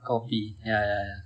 copy ya ya ya